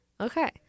Okay